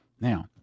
Now